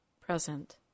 present